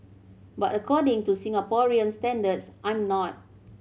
but according to Singaporean standards I'm not